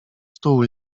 stół